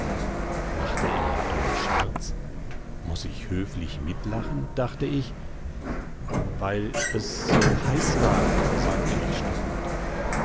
macht er einen scherz muß ich höflich mitlachen dachte ich weil es so heiß war sagte ich stockend